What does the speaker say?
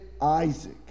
Isaac